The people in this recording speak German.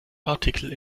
artikel